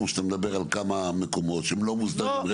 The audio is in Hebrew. שאתה מדבר על כמה מקומות שהם לא מוסדרים,